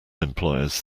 employers